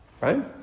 Right